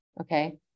Okay